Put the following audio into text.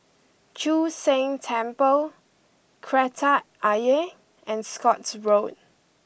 Chu Sheng Temple Kreta Ayer and Scotts Road